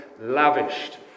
lavished